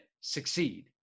succeed